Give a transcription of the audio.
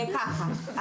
ככה,